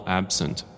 absent